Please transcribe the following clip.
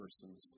persons